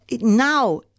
Now